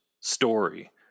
story